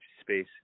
space